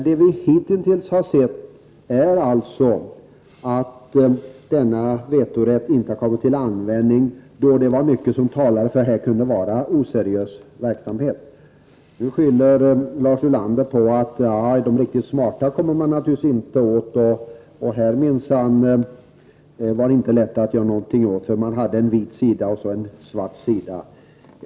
Det vi hitintills har sett är att vetorätten inte har kommit till användning även om mycket har talat för att det kunde vara en oseriös verksamhet. Nu skyller Lars Ulander på att de riktigt smarta kommer man naturligtvis inte åt och att här minsann var det inte lätt att göra någonting, för det fanns en vit sida och en svart sida.